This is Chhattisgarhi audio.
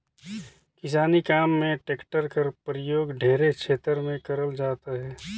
किसानी काम मे टेक्टर कर परियोग ढेरे छेतर मे करल जात अहे